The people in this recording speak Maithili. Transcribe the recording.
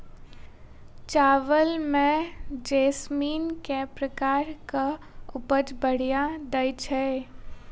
चावल म जैसमिन केँ प्रकार कऽ उपज बढ़िया दैय छै?